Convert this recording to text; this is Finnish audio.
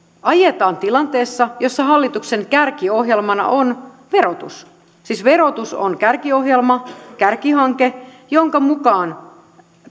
ajetaan tilanteessa jossa hallituksen kärkiohjelmana on verotus siis verotus on kärkiohjelma kärkihanke jonka mukaan